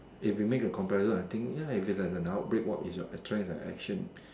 if we make a comparison I think ya if there's an outbreak what is your choice of action